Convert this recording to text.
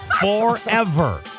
forever